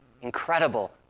incredible